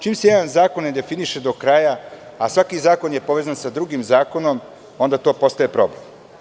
Čim se jedan zakon ne definiše do kraja, a svaki zakon je povezan sa drugim zakonom, onda to postaje problem.